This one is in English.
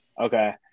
Okay